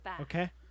Okay